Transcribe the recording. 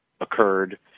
occurred